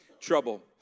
trouble